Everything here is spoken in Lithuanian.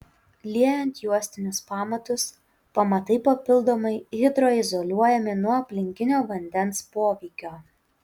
liejant juostinius pamatus pamatai papildomai hidroizoliuojami nuo aplinkinio vandens poveikio